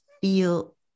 feel